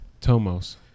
Tomos